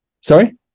Sorry